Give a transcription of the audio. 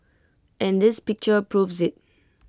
and this picture proves IT